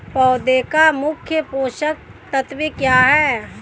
पौधे का मुख्य पोषक तत्व क्या हैं?